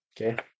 okay